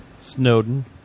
Snowden